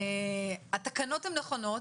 התקנות הן נכונות,